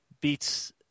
beats –